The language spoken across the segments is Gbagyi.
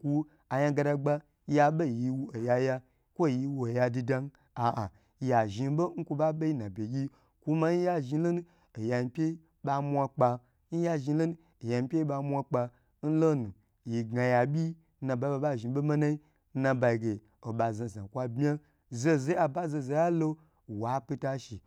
Ku ayan gadagba yabe yiwa oyaya kwo oya didan a a ya zhi bo n kwo babe yi nna be gyi kama nya zhni lonu oya yin pyi ba mwa kpa nya zhn lonu oya yin pyi ba mwa pka nlonu yi ga ya byi nbaba zhi bo manai nnabayi ge oba zna zna kwa bma zozoyi aba zozo yilo wa pita shi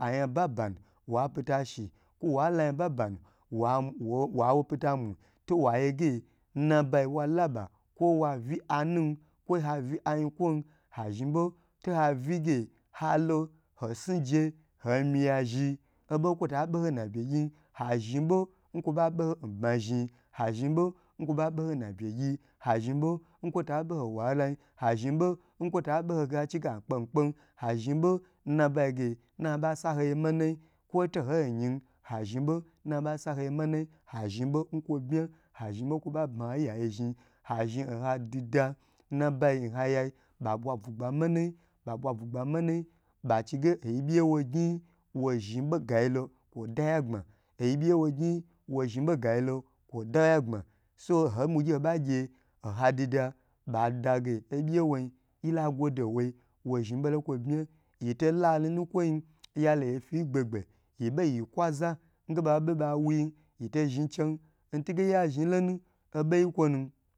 ayan babanu wapita shi kwo walo yan babanu wa wa pito mu towaye ge nnabayi walaba kwo wavi anu kwo wa vi ayinku ha zhn bo to ha vige halo hosi je homiya zhi oba kivota boho nabye gyi ha zhn bo kwoba be ho nba zhi yi zhn bo nkwo ba boho na begyi ha zhn bon kwota boho nwalayi ha zhn bo nkwota boh hachi nge akpe mi kpen, ha zhn bo nnabayi ge nnabosaho oye manayi kwo toho yin zhn bo nnaba sahoye manayi zhibo kwo bma ha zhn bo nkwa ba ho a iyaye zhn, ha zhn oha dida kwo ohaya nbaba zhn bugba mana ba bwa budgba manai bachige oyi byi ye gyn wozhn bo gayilo kwo daya gbma, oyi biye wogn wo zhn bo gayilo kwo dayagbma so nho bugyi hoba gye oha dida badage obyi woi yila gode woi wo zhi bolo kwo bma wotolo hali nakwoyi yalo yifi ngbegbe yaho yi kwa nge babe bawuyi yito zhn che